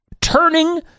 Turning